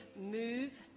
move